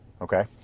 Okay